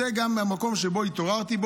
זה גם מהמקום שבו התעוררתי,